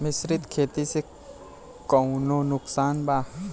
मिश्रित खेती से कौनो नुकसान बा?